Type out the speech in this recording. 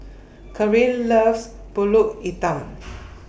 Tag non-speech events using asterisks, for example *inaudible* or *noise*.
Carin loves Pulut Hitam *noise*